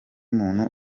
muntu